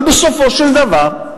אבל בסופו של דבר,